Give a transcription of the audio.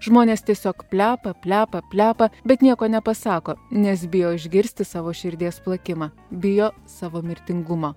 žmonės tiesiog plepa plepa plepa bet nieko nepasako nes bijo išgirsti savo širdies plakimą bijo savo mirtingumą